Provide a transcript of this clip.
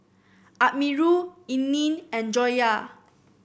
Amirul Isnin and Joyah